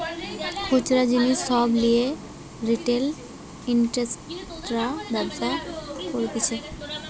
খুচরা জিনিস সব লিয়ে রিটেল ইনভেস্টর্সরা ব্যবসা করতিছে